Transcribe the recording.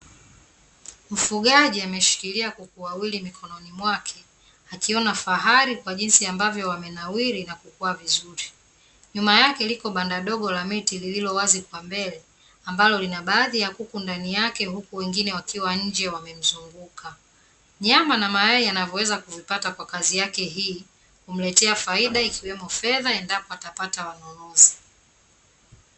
Mfugaji ameshikilia kuku wawili mkononi mwake akiona fahari kwa jinsi ambavyo wamenawiri na kukua vizuri. Nyuma yake liko banda dogo la miti lilowazi kwa mbele ambalo linabaadhi ya kuku ndani yake huku wengine wakiwa nje wamemzunguka. Nyama na mayai yanavyoweza kuvipata kwa kazi yake, hii humletea aida ikiwemo fedha endapo atapata wanunuzi.